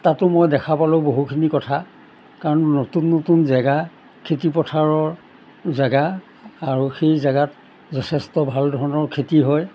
তাতো মই দেখা পালোঁ বহুখিনি কথা কাৰণ নতুন নতুন জেগা খেতিপথাৰৰ জেগা আৰু সেই জেগাত যথেষ্ট ভাল ধৰণৰ খেতি হয়